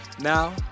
Now